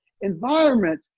environment